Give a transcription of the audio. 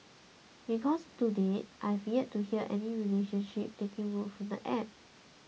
because to date I have yet to hear of any relationship taking root from the app